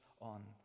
on